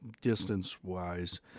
distance-wise